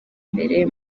mbere